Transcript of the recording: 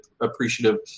appreciative